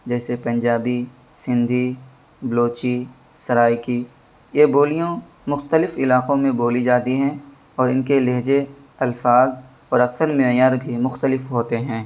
جیسے پنجابی سندھی بلوچی سرائکی یہ بولیوں مختلف علاقوں میں بولی جاتی ہیں اور ان کے لہجے الفاظ اور اکثر معیار بھی مختلف ہوتے ہیں